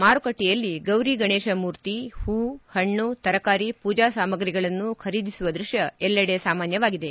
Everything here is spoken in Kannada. ಮಾರುಕಟ್ಟೆಯಲ್ಲಿ ಗೌರಿ ಗಣೇಶ ಮೂರ್ತಿ ಹೂ ಹಣ್ಣು ತರಕಾರಿ ಪೂಜಾ ಸಾಮಗ್ರಿಗಳನ್ನು ಖರೀದಿಸುವ ದೃಶ್ಯ ಎಲ್ಲೆಡೆ ಸಾಮಾನ್ಯವಾಗಿದೆ